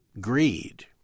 greed